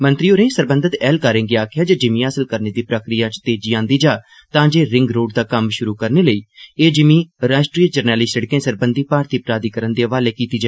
मंत्री होरें सरबंधत ऐहलकारं गी आक्खेआ जे जिमीं हासल करने दी प्रक्रिया च तेजी आंदी जा तांजे रिंगरोड दा कम्म षुरु करने लेई जिमी राष्ट्री जरनैली सिड़कें सरबंधी भारती प्राधिकरण दे हवाले करी दित्ती जा